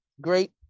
great